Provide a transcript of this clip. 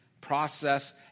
process